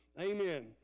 Amen